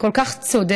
כל כך צודקת,